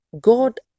God